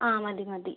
ആ മതി മതി